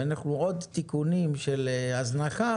עוד תיקונים של הזנחה